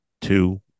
two